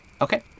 okay